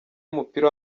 w’umupira